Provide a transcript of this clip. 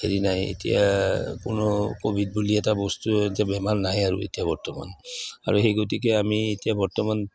হেৰি নাই এতিয়া কোনো ক'ভিড বুলি এটা বস্তু এতিয়া বেমাৰ নাই আৰু এতিয়া বৰ্তমান আৰু সেই গতিকে আমি এতিয়া বৰ্তমান